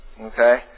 Okay